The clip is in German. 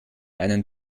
einen